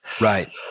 Right